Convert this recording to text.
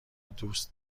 دوست